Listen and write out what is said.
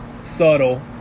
Subtle